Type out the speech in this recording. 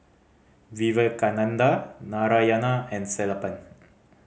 Vivekananda Narayana and Sellapan